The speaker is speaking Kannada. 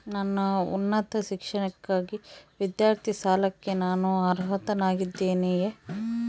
ನನ್ನ ಉನ್ನತ ಶಿಕ್ಷಣಕ್ಕಾಗಿ ವಿದ್ಯಾರ್ಥಿ ಸಾಲಕ್ಕೆ ನಾನು ಅರ್ಹನಾಗಿದ್ದೇನೆಯೇ?